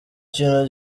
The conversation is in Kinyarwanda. kintu